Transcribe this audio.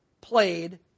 played